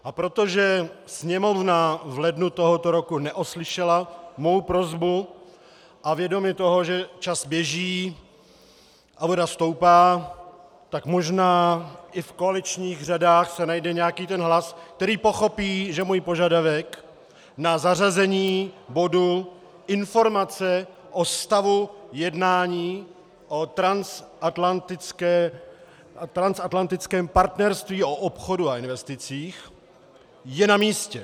A protože Sněmovna v lednu tohoto roku neoslyšela mou prosbu, a vědomi si toho, že čas běží a voda stoupá, tak možná i v koaličních řadách se najde nějaký ten hlas, který pochopí, že můj požadavek na zařazení bodu Informace o stavu jednání o Transatlantickém partnerství o obchodu a investicích je namístě.